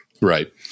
Right